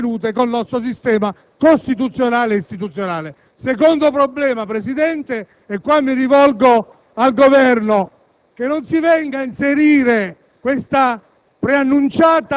delle norme in esso contenute con il nostro sistema costituzionale e istituzionale. Secondo problema, Presidente, e qui mi rivolgo in particolare al Governo: che non si venga ad inserire la